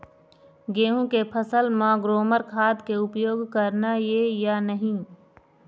गेहूं के फसल म ग्रोमर खाद के उपयोग करना ये या नहीं?